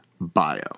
bio